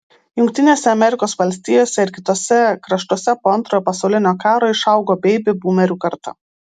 jungtinėse amerikos valstijose ir kituose kraštuose po antrojo pasaulinio karo išaugo beibi būmerių karta